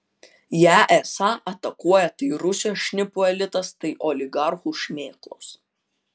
ją esą atakuoja tai rusijos šnipų elitas tai oligarchų šmėklos